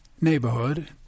neighborhood